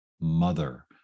mother